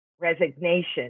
resignation